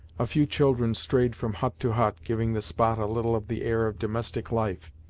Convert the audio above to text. a few children strayed from hut to hut, giving the spot a little of the air of domestic life,